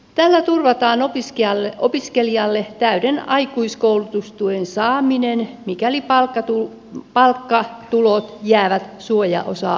tällä turvataan opiskelijalle täyden aikuiskoulutustuen saaminen mikäli palkkatulot jäävät suojaosaa matalammiksi